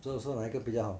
所以说哪一个比较好